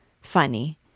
Funny